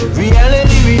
reality